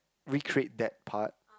recreate that part